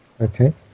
Okay